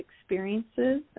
experiences